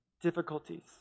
difficulties